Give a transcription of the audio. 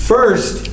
First